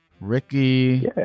Ricky